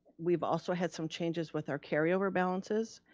we've also had some changes with our carryover balances,